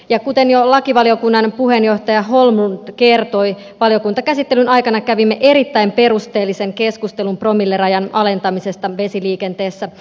ja kuten jo lakivaliokunnan puheenjohtaja holmlund kertoi valiokuntakäsittelyn aikana kävimme erittäin perusteellisen keskustelun promillerajan alentamisesta vesiliikenteessä